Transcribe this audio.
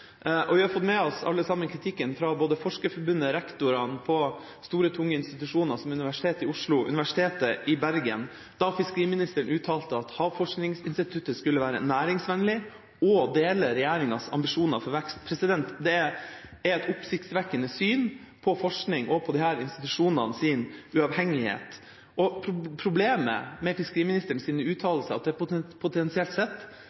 Vi har alle fått med oss kritikken fra både Forskerforbundet og rektorene på store, tunge institusjoner som Universitetet i Oslo og Universitetet i Bergen da fiskeriministeren uttalte at Havforskningsinstituttet skulle være næringsvennlig og dele regjeringas ambisjoner for vekst. Det er et oppsiktsvekkende syn på forskning og på disse institusjonenes uavhengighet. Problemet med fiskeriministerens uttalelser er at det potensielt sett svekker troverdigheten og